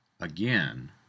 again